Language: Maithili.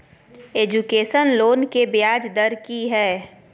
एजुकेशन लोन के ब्याज दर की हय?